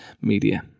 media